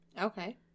Okay